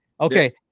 Okay